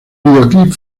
videoclip